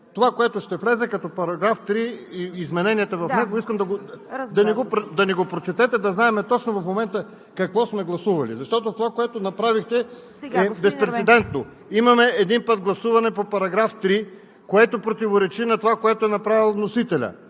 Това, което ще влезе като § 3 и измененията в него, искам да го прочетете, за да знаем точно в момента какво сме гласували. Защото това, което направихте, е безпрецедентно. Имаме един път гласуване по § 3, което противоречи на това, което е направил вносителят.